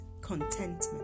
Contentment